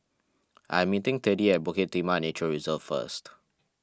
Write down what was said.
I am meeting Teddy at Bukit Timah Nature Reserve first